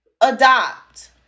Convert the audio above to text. adopt